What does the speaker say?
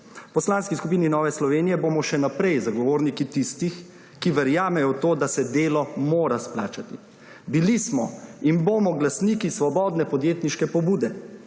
V Poslanski skupini Nove Slovenije bomo še naprej zagovorniki tistih, ki verjamejo v to, da se delo mora splačati. Bili smo in bomo glasniki svobodne podjetniške pobude,